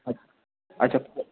আ আচ্ছা